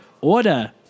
Order